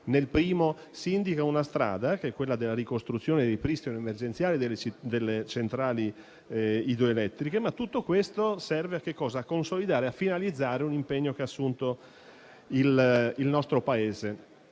accordo si indica la strada della ricostruzione e del ripristino emergenziale delle centrali idroelettriche, ma tutto questo serve a consolidare e a finalizzare un impegno assunto dal nostro Paese.